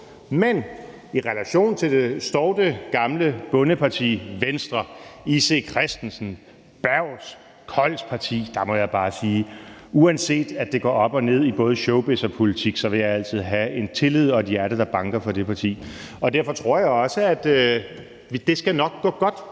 Men i relation til det stovte gamle bondeparti Venstre, J.C. Christensens, Bergs, Colds parti, må jeg bare sige, at uanset det går op og ned i både showbiz og politik, vil jeg altid have en tillid til og et hjerte, der banker for det parti. Derfor tror jeg også, at det nok skal gå godt,